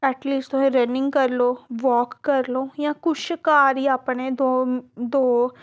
at least तुसें running करी लो वाक करी लो जां कुछ घर ई अपने दो दो